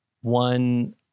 one